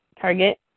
target